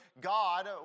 God